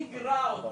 היא מיגרה אותו.